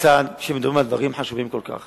בצד כשמדברים על דברים כל כך,